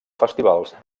festivals